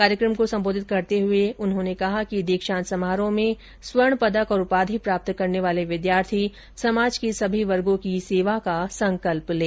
कार्यक्रम को सम्बोधित करते हुए कहा कि दीक्षान्त समारोह में स्वर्ण पदक और उपाधि प्राप्त करने वाले विद्यार्थी समाज के सभी वर्गो की सेवा का संकल्प लें